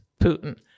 Putin